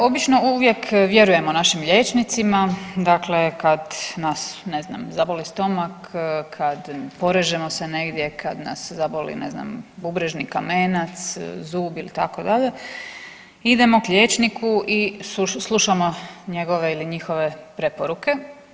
Obično uvijek vjerujemo našim liječnicima, dakle kad nas ne znam zaboli stomak, kad porežemo se negdje, kad nas zaboli ne znam bubrežni kamenac, zub ili tako dalje idemo k liječniku i slušamo njegove ili njihove preporuke.